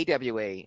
AWA